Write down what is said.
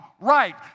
right